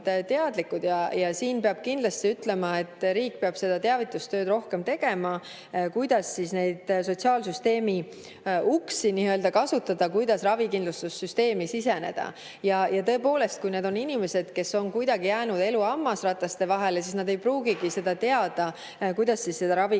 teadlikud. Ja siin peab kindlasti ütlema, et riik peab seda teavitustööd rohkem tegema, kuidas neid sotsiaalsüsteemi uksi kasutada, kuidas ravikindlustussüsteemi siseneda. Ja tõepoolest, kui need on inimesed, kes on kuidagi jäänud elu hammasrataste vahele, siis nad ei pruugigi teada, kuidas seda ravikindlustust